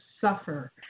suffer